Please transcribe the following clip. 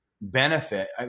benefit